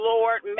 Lord